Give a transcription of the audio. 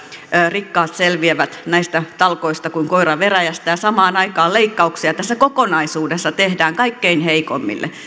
rikkaat selviävät näistä talkoista kuin koira veräjästä ja samaan aikaan leikkauksia tässä kokonaisuudessa tehdään kaikkein heikoimmille